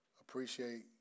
appreciate